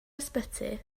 ysbyty